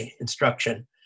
instruction